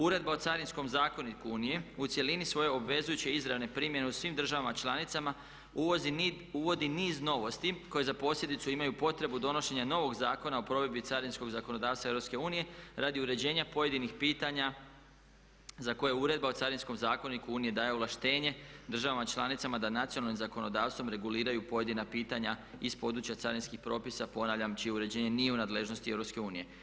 Uredba o carinskom zakoniku Unije u cjelini svoje obvezujuće izravne primjene u svim državama članicama uvodi niz novosti koje za posljedicu imaju potrebu donošenja novog zakona o provedbi carinskog zakonodavstva EU radi uređenja pojedinih pitanja za koje Uredba o carinskom zakoniku Uniji daje ovlaštenje državama članicama da nacionalnim zakonodavstvom reguliraju pojedina pitanja iz područja carinskih propisa, ponavljam čije uređenje nije u nadležnosti EU.